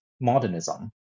modernism